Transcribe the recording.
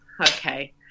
okay